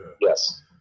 yes